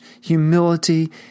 humility